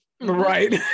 Right